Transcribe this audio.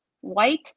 White